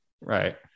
Right